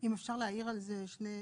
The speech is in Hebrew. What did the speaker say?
אם אפשר להעיר את זה שתי הערות.